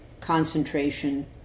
concentration